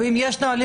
אם הם ישנם.